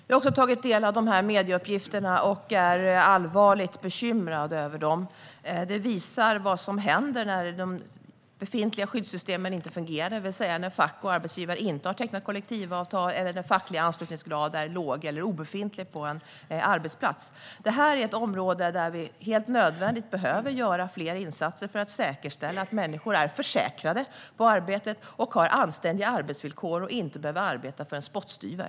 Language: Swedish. Herr talman! Jag har också tagit del av de här medieuppgifterna och är allvarligt bekymrad över dem. De visar på vad som händer när de befintliga skyddssystemen inte fungerar, det vill säga när fack och arbetsgivare inte har tecknat kollektivavtal eller den fackliga anslutningsgraden är låg eller obefintlig på en arbetsplats. Det här är ett område där vi helt nödvändigt behöver göra fler insatser för att säkerställa att människor är försäkrade på arbetet, har anständiga arbetsvillkor och inte behöver arbeta för en spottstyver.